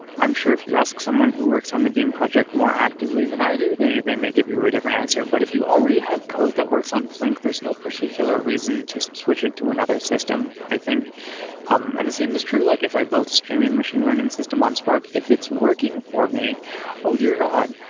i'm sure if you ask someone who works on the beam project more actively than i do, they they may give you a different answer. but if you already have code that works on flink, there's no particular reason to switch it to another system. i think um and the same is true, like if i build streaming machine learning system on spark, if it's working for me oh dear god!